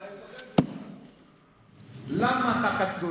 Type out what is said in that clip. אבל אצלכם זה 3%. למה אתה קטנוני?